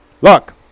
look